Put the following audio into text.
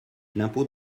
l’impôt